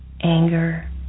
anger